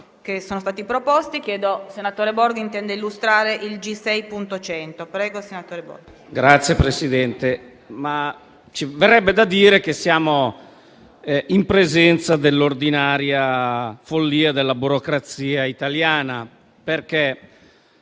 Signor Presidente, verrebbe da dire che siamo in presenza dell'ordinaria follia della burocrazia italiana.